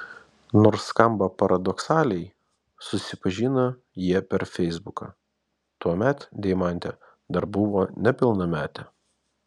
nors skamba paradoksaliai susipažino jie per feisbuką tuomet deimantė dar buvo nepilnametė